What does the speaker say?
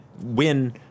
win-